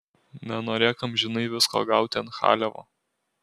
nenorėk amžinai visko gauti ant chaliavo